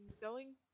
going-